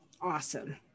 awesome